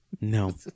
no